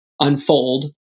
unfold